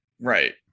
Right